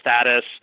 status